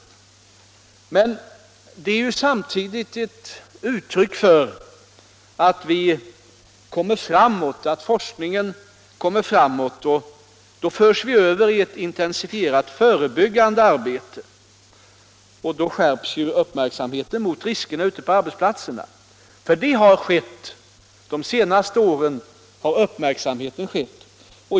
Men samtidigt är det ju ett uttryck för att vi kommer framåt — att forskningen kommer framåt. Då förs vi ju över i ett intensifierat förebyggande arbete, och då skärps uppmärksamheten mot riskerna på arbetsplatserna. Det är vad som skett. Under de senaste åren har uppmärksamheten skärpts.